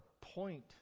point